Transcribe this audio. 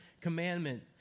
commandment